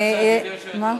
רגע, יש לי הצעה.